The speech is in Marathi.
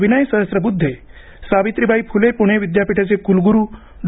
विनय सहस्त्रबुद्धे सावित्रीबाई फुले पुणे विद्यापीठाचे कुलगुरू डॉ